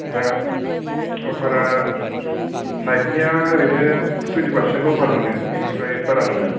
दा अफारा नाइकिनिया ओरैनो टुवेन्टि पारसेन्टल' अफार मोनो बेनिफ्राय बारा मोना